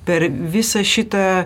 per visą šitą